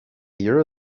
euro